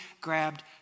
grabbed